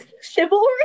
chivalry